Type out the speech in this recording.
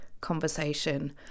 conversation